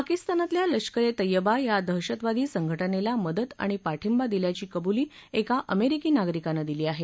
पाकिस्तानातल्या लष्करे तैयबा या दहशतवादी संघटनेला मदत आणि पाठिंबा दिल्याची कबुली एका अमेरिकी नागरिकानं दिली आहे